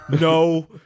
no